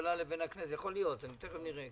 הממשלה לבין הכנסת יכול להיות, תיכף נראה.